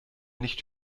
nicht